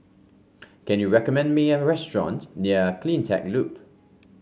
can you recommend me a restaurant near CleanTech Loop